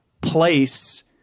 place